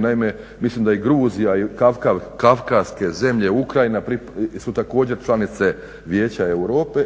naime mislim da je Gruzija ili Kavkaske zemlje, Ukrajina su također stranice Vijeća Europe